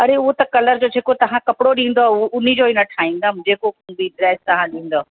अरे हूअ त कलर जो जेको तव्हां कपिड़ो ॾींदव उनजो न ठाहींदमि जेको बि ड्रेस तव्हां ॾींदव